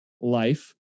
life